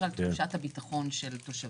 הביטחון של התושבים.